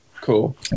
Cool